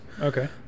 Okay